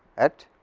at